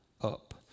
up